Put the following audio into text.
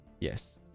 Yes